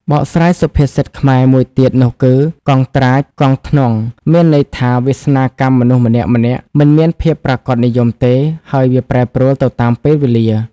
បកស្រាយសុភាសិតខ្មែរ មួយទៀតនោះគឺ កង់ត្រាចកង់ធ្នង់ មានន័យ វាសនាកម្មមនុស្សម្នាក់ៗមិនមានភាពប្រាកដនិយមទេ ហើយវាប្រែប្រួលទៅតាមពេលវេលា ។